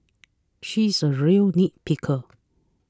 she is a real nitpicker